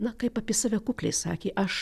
na kaip apie save kukliai sakė aš